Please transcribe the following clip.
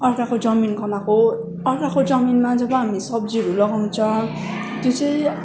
अर्काको जमिन कमाएको अर्काको जमिनमा जब हामीले सब्जीहरू लगाउँछ त्यो चाहिँ